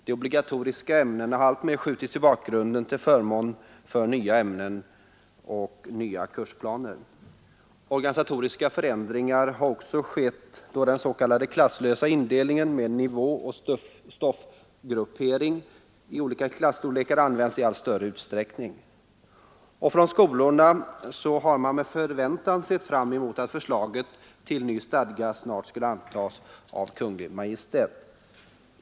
De obligatoriska ämnena har alltmer skjutits i bakgrunden till förmån för nya ämnen och nya kursplaner. Organisatoriska förändringar har också skett då den s.k. klasslösa indelningen med nivåoch stoffgruppering i olika klasstorlekar används i allt större utsträckning. I skolorna har man med förväntan sett fram mot att förslaget till ny stadga snart skulle antas av Kungl. Maj:t.